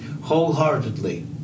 wholeheartedly